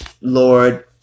Lord